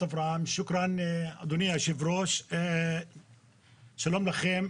שוקראן, אדוני היושב-ראש, שלום לכם.